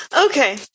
Okay